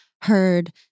heard